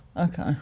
okay